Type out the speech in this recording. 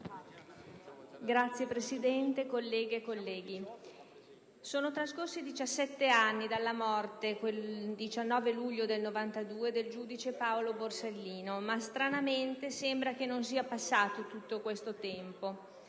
Signor Presidente, colleghe e colleghi, sono trascorsi 17 anni dalla morte, quel 19 luglio del 1992, del giudice Paolo Borsellino, ma stranamente sembra che non sia passato tutto questo tempo,